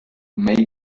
make